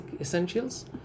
essentials